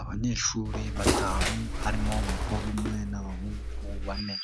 Abanyeshuri batanu harimo umukobwa umwe n'abahungu bane.